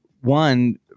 one